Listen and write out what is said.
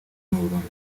n’uburundi